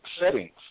settings